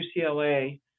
UCLA